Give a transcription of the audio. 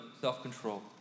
self-control